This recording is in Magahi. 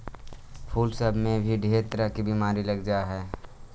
फूल सब में भी ढेर तरह के बीमारी लग जा हई